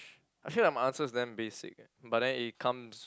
actually like my answer is damn basic eh but then it comes